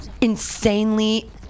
insanely